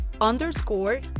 Underscore